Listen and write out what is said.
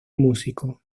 músico